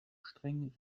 streng